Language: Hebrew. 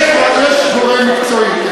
יש גורם מקצועי,